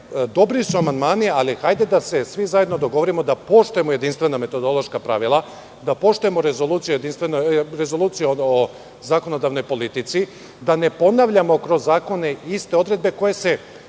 dobri su amandmani ali hajde da se svi zajedno dogovorimo da poštujemo jedinstvena metodološka pravila, da poštujemo Rezoluciju o zakonodavnoj politici, da ne ponavljamo kroz zakone iste odredbe koje se,